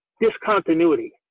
discontinuity